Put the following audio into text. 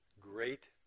Great